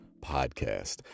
podcast